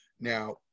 now